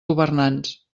governants